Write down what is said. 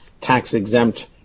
tax-exempt